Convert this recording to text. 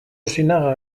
osinaga